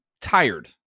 tired